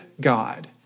God